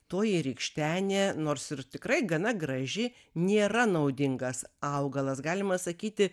toji rykštenė nors ir tikrai gana graži nėra naudingas augalas galima sakyti